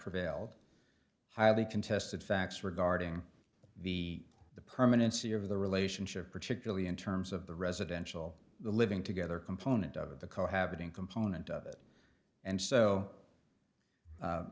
prevailed highly contested facts regarding the the permanency of the relationship particularly in terms of the residential living together component of the co habiting component of it and so